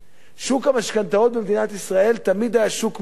שוק המשכנתאות במדינת ישראל תמיד היה שוק מאוזן,